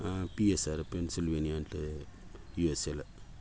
BA sir பென்சில்வேனியான்ட்டு யுஎஸ்ஏசில்